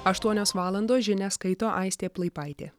aštuonios valandos žinias skaito aistė plaipaitė